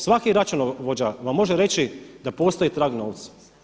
Svaki računovođa vam može reći da postoji trag novca.